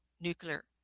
nuclear